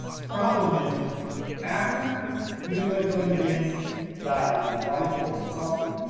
the problem is after henry clay's son james died and his wife sold the property,